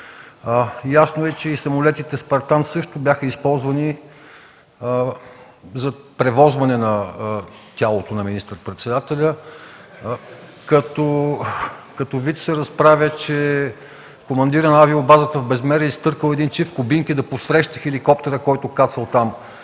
Ясно е, че и самолетите „Спартан” също бяха използвани за превозване на тялото на министър-председателя. (Оживление.) Като виц се разправя, че командирът на авиобазата в Безмер е изтъркал един чифт кубинки да посреща хеликоптера, който кацал там